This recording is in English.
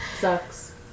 sucks